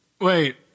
Wait